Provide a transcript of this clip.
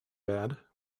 bad